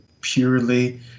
purely